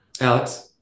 Alex